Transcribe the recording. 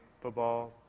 football